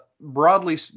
broadly